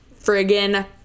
friggin